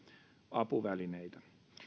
apuvälineitä